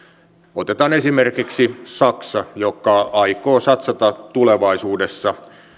otetaan esimerkiksi saksa joka aikoo satsata tulevaisuudessa